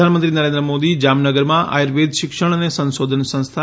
પ્રધાનમંત્રી નરેન્દ્ર મોદી જામનગરમાં આયુર્વેદ શિક્ષણ અને સંશોધન સંસ્થા